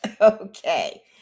Okay